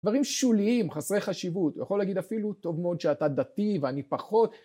דברים שוליים, חסרי חשיבות. הוא יכול להגיד אפילו טוב מאוד שאתה דתי ואני פחות.